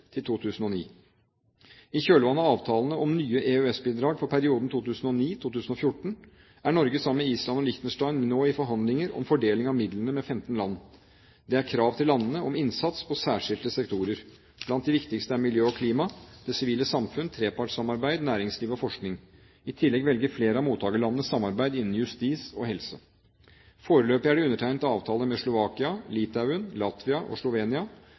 kjølvannet av avtalene om nye EØS-bidrag for perioden 2009–2014 er Norge, sammen med Island og Liechtenstein, nå i forhandlinger med 15 land om fordeling av midlene. Det er krav til landene om innsats på særskilte sektorer. Blant de viktigste er miljø og klima, det sivile samfunn, trepartssamarbeid, næringsliv og forskning. I tillegg velger flere av mottakerlandene samarbeid innen justis og helse. Foreløpig er det undertegnet avtaler med Slovakia, Litauen, Latvia og Slovenia,